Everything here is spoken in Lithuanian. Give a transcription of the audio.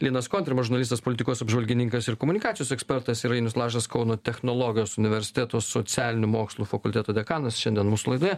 linas kontrimas žurnalistas politikos apžvalgininkas ir komunikacijos ekspertas ir ainius lašas kauno technologijos universiteto socialinių mokslų fakulteto dekanas šiandien mūsų laidoje